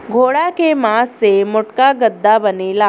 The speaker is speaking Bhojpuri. घोड़ा के मास से मोटका गद्दा बनेला